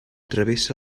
travessa